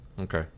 Okay